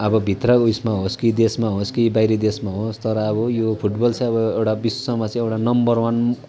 अब भित्र उसमा होस् कि देशमा होस् कि बाहिरी देशमा होस् तर अब यो फुटबल चाहिँ एउटा विश्वमा चाहिँ एउटा नम्बर वान